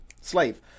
slave